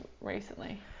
recently